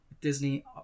Disney